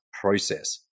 process